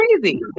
crazy